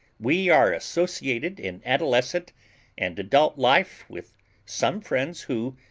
we are associated in adolescent and adult life with some friends, who,